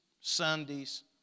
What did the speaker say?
Sundays